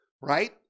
right